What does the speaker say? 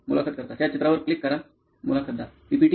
मुलाखत कर्ता त्या चित्रावर क्लिक करा मुलाखतदार पीपीटी